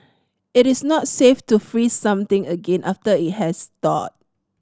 it is not safe to freeze something again after it has thawed